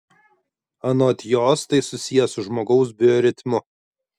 anot jos tai susiję su žmogaus bioritmu